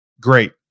Great